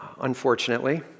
Unfortunately